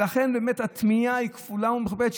לכן באמת התמיהה היא כפולה ומכופלת,